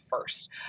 first